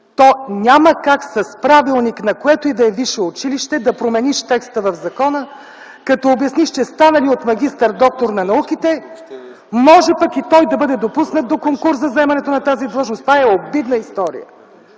то няма как с правилник на което и да е висше училище да промениш текста в закона като обясниш, че станалият доктор на науките от магистър може пък и той да бъде допуснат до конкурс за заемането на тази длъжност. Това е обидна история!